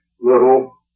little